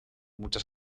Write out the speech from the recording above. muchas